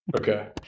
Okay